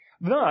Thus